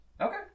Okay